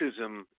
racism